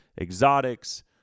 exotics